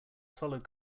solid